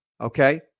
okay